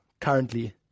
currently